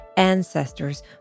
ancestors